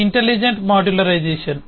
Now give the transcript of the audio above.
intelligent modularisation